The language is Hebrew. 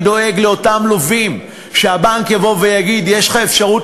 אני דואג לאותם לווים שהבנק יבוא ויגיד להם: יש לך אפשרות